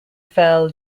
fell